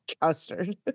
Custard